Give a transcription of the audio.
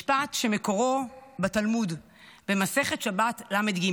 משפט שמקורו בתלמוד, במסכת שבת ל"ג.